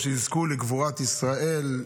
שיזכו לקבורת ישראל,